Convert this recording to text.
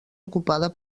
ocupada